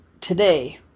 today